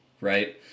right